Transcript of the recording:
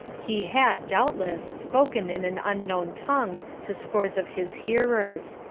he had, doubtless, spoken in an unknown tongue to scores of his hearers.